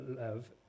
love